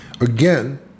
Again